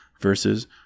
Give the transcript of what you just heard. versus